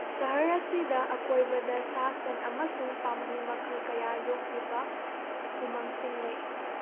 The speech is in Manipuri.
ꯁꯍꯔ ꯑꯁꯤꯗ ꯑꯀꯣꯏꯕꯗ ꯁꯥ ꯁꯟ ꯑꯃꯁꯨꯡ ꯄꯥꯝꯕꯤ ꯃꯈꯜ ꯀꯌꯥ ꯌꯣꯛꯂꯤꯕ ꯎꯃꯪꯁꯤꯡ ꯂꯩ